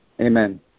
Amen